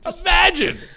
Imagine